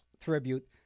tribute